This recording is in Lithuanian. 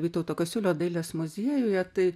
vytauto kasiulio dailės muziejuje tai